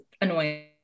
annoying